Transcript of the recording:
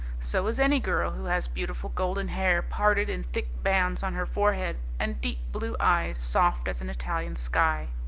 so is any girl who has beautiful golden hair parted in thick bands on her forehead, and deep blue eyes soft as an italian sky.